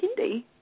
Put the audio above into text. kindy